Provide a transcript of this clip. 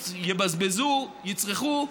יבזבזו, יצרכו,